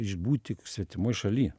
išbūti svetimoj šaly